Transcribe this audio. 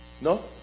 No